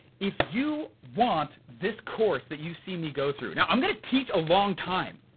if you want this course that you see me go through, now i'm gonna teach a long time,